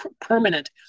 permanent